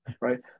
Right